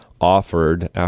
offered